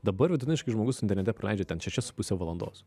dabar vidutiniškai žmogus internete praleidžia ten šešias su puse valandos